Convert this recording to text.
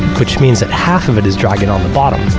which means that half of it is dragging on the bottom,